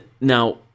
now